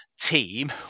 team